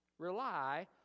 Rely